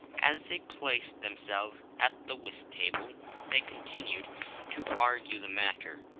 as they placed themselves at the whist-table, they continued to argue the matter.